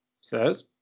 says